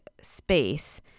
space